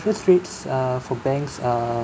interest rates uh for banks are